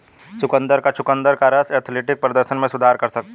चुकंदर और चुकंदर का रस एथलेटिक प्रदर्शन में सुधार कर सकता है